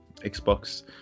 Xbox